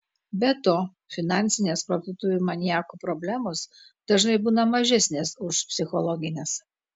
be to finansinės parduotuvių maniakų problemos dažnai būna mažesnės už psichologines